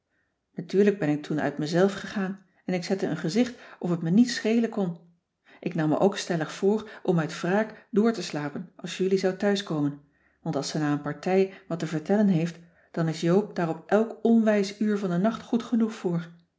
natuurlijk ben ik toen uit mezelf gegaan en ik zette een gezicht of t me niets schelen kon ik nam me ook stellig voor om uit wraak door te slapen als julie zou thuiskomen want als ze na een partij wat te vertellen heeft dan is joop daar op elk onwijs uur van den nacht goed genoeg voor